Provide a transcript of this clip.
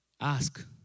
ask